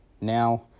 now